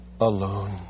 alone